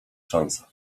szans